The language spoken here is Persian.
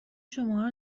شماها